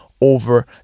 over